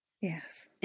Yes